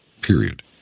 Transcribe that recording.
period